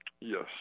Yes